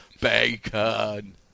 Bacon